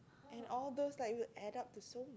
and all those like you add to so